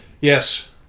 Yes